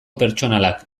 pertsonalak